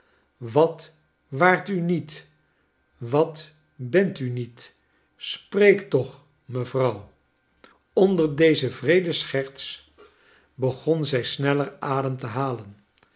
wat waart u niet wat bent u niet spreek toch mevrouw onder deze wreede scherts begon zij sneller adem te halen